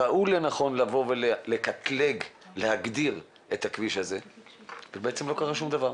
ראו לנכון לקטלג ולהגדיר את הכביש הזה ובעצם לא קרה שום דבר.